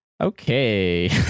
Okay